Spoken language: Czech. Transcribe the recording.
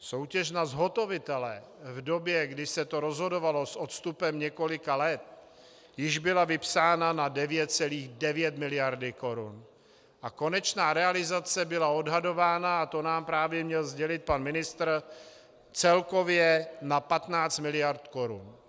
Soutěž na zhotovitele v době, kdy se to rozhodovalo s odstupem několika let, již byla vypsána na 9,9 miliardy korun a konečná realizace byla odhadována, a to nám právě měl sdělit pan ministr, celkově na 15 miliard korun.